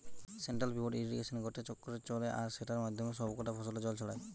central pivot ইর্রিগেশনে গটে চক্র চলে আর সেটার মাধ্যমে সব কটা ফসলে জল ছড়ায়